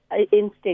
instinct